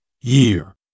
Year